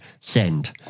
send